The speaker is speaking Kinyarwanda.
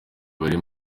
bari